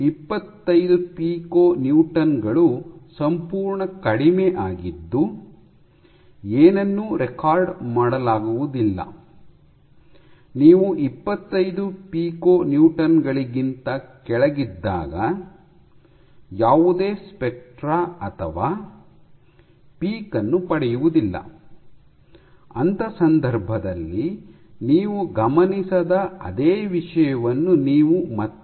ಇಪ್ಪತ್ತೈದು pico newton ಗಳು ಸಂಪೂರ್ಣ ಕಡಿಮೆ ಆಗಿದ್ದು ಏನನ್ನು ರೆಕಾರ್ಡ್ ಮಾಡಲಾಗುವುದಿಲ್ಲ ನೀವು ಇಪ್ಪತ್ತೈದು ಪಿಕೊ ನ್ಯೂಟನ್ ಗಳಿಗಿಂತ ಕೆಳಗಿದ್ದಾಗ ಯಾವುದೇ ಸ್ಪೆಕ್ಟ್ರಾ ಅಥವಾ ಪೀಕ್ ಅನ್ನು ಪಡೆಯುವುದಿಲ್ಲ ಅಂತಹ ಸಂದರ್ಭದಲ್ಲಿ ನೀವು ಗಮನಿಸದ ಅದೇ ವಿಷಯವನ್ನು ನೀವು ಮತ್ತೆ ನೋಡುತ್ತೀರಿ